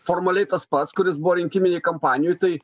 formaliai tas pats kuris buvo rinkiminėj kampanijoj tai